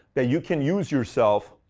that you can use yourself.